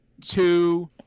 two